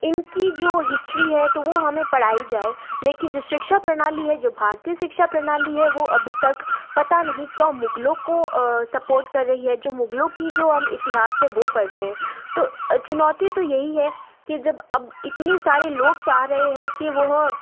इनकी जो हिस्ट्री है तो वो हमें पढ़ाई जाए लेकिन जो शिक्षा प्रणाली है जो भारतीय शिक्षा प्रणाली है वो अभी तक पता नहीं क्यों मुगलों को सपोर्ट कर रही है जो मुगलों की जो हम इतिहास है वो पढ़ रहे हैं तो चुनौती तो यही है कि जब अब इतने सारे लोग चाह रहे हैं कि वह